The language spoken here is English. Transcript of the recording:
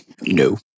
No